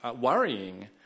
worrying